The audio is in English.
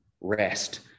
rest